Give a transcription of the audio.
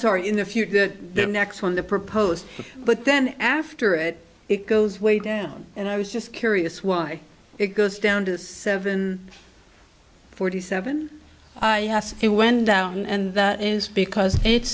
story in the future the next one the proposed but then after it it goes way down and i was just curious why it goes down to seven forty seven when down and that is because it's